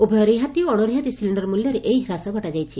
ଉଭୟ ରିହାତି ଏବଂ ଅଶ ରିହାତି ସିଲିଣ୍ଡର ମ୍ଲ୍ ଏହି ହ୍ରାସ ଘଟାଯାଇଛି